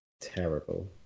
terrible